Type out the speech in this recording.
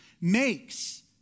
makes